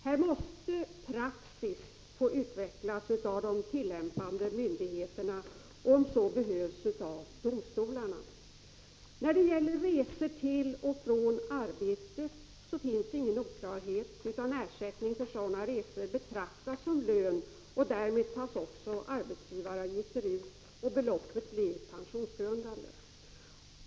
Här måste praxis få utvecklas av de tillämpande myndigheterna och, om så behövs, av domstolarna. När det gäller resor till och från arbetet finns inga oklarheter, utan ersättning för sådana resor betraktas som lön. Därmed tas också arbetsgivaravgifter ut och beloppet blir pensionsgrundande.